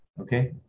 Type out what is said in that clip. okay